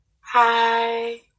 Hi